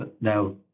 Now